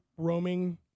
roaming